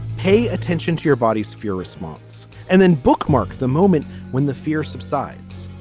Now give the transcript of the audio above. pay attention to your body's fear response and then bookmark the moment when the fear subsides.